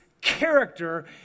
character